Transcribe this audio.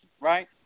right